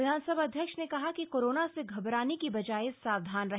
विधानसभा अध्यक्ष ने कहा कि कोरोना से घबराने की बजाय सावधान रहे